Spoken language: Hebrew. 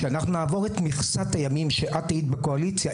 כשאנחנו נעבור את מכסת הימים שאת היית בקואליציה,